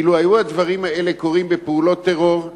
אילו היו הדברים האלה קורים בפעולות טרור,